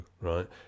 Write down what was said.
right